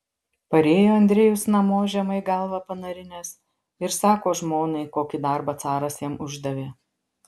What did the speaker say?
parėjo andrejus namo žemai galvą panarinęs ir sako žmonai kokį darbą caras jam uždavė